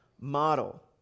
model